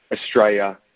Australia